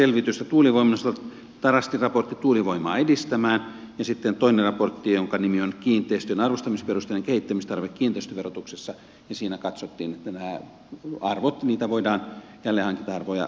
tuulivoiman osalta tarastin raportti tuulivoimaa edistämään ja sitten toinen raportti jonka nimi on kiinteistöjen arvostamisperusteiden kehittämistarve kiinteistöverotuksessa ja siinä katsottiin että näitä jälleenhankinta arvoja voidaan hyvinkin korottaa